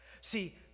See